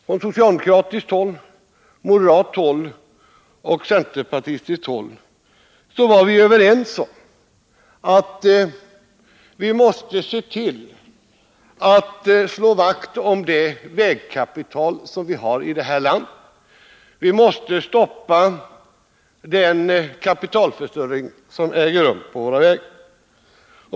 Från socialdemokratiskt, moderat och centerpartistiskt håll var vi överens om att vi måste se till att slå vakt om det vägkapital vi har i det här landet. Vi måste stoppa den kapitalförstöring som äger rum på våra vägar.